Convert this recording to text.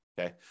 okay